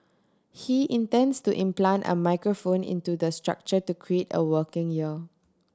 he intends to implant a microphone into the structure to create a working ear